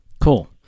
Cool